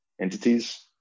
entities